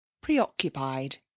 preoccupied